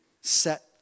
set